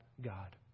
God